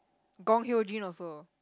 Gong Hyo-Jin also